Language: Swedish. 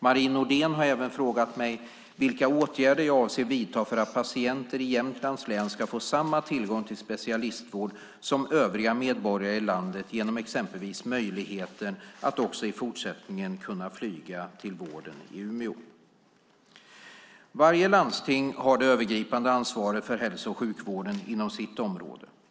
Marie Nordén har även frågat mig vilka åtgärder jag avser att vidta för att patienter i Jämtlands län får samma tillgång till specialistvård som övriga medborgare i landet genom exempelvis möjligheten att också i fortsättningen kunna flyga till vården i Umeå. Varje landsting har det övergripande ansvaret för hälso och sjukvården inom sitt område.